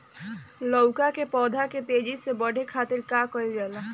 लउका के पौधा के तेजी से बढ़े खातीर का कइल जाला?